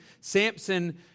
Samson